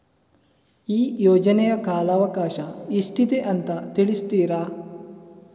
ಈ ಯೋಜನೆಯ ಕಾಲವಕಾಶ ಎಷ್ಟಿದೆ ಅಂತ ತಿಳಿಸ್ತೀರಾ?